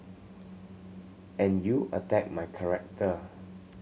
and you attack my character